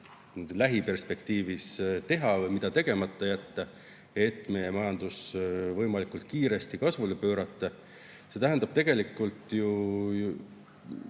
lähiperspektiivis teha, ja mis tuleks tegemata jätta, et meie majandus võimalikult kiiresti kasvule pöörata. See tähendab tegelikult ju